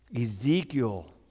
Ezekiel